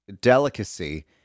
delicacy